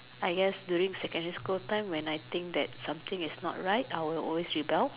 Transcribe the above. I guess during secondary school time when something is not right I will always rebel